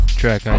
track